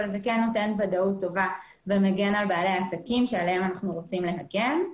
זה כן נותן ודאות טובה ומגן על בעלי העסקים עליהם אנחנו רוצים להגן.